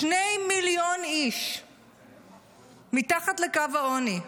שני מיליון איש מתחת לקו העוני,